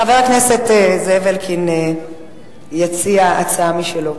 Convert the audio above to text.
חבר הכנסת זאב אלקין יציע הצעה משלו.